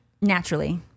naturally